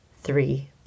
three